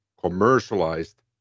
commercialized